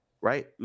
right